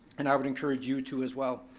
and i would encourage you to as well.